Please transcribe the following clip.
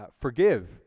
Forgive